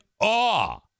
awe